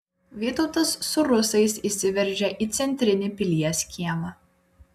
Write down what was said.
vytautas su rusais įsiveržia į centrinį pilies kiemą